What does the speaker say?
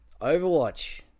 Overwatch